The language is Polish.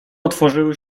otworzyły